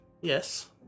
Yes